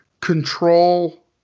control